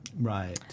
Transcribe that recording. Right